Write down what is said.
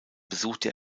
besuchte